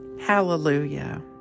Hallelujah